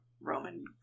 Roman